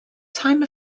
time